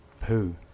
Poo